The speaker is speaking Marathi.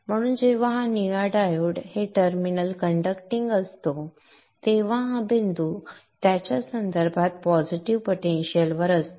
म्हणून जेव्हा हा निळा डायोड हे टर्मिनल कण्डक्टींग असतो तेव्हा हा बिंदू याच्या संदर्भात पॉझिटिव्ह पोटेन्शियल वर असतो